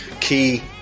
key